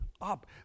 up